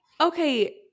okay